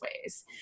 ways